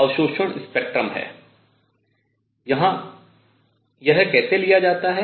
यह स्पेक्ट्रम कैसे लिया जाता है